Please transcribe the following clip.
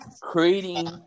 creating